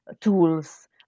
tools